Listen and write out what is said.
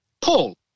paul